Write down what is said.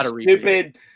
stupid